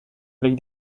avec